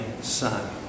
Son